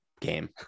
game